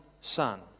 son